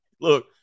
Look